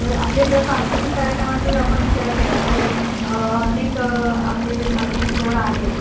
तर आपले जर सांस्कृतिक कार्यक्रमांचा जर आपण विचार केला तर अनेक आपले जे धार्मिक सण आहेत